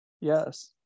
Yes